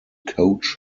coach